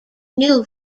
new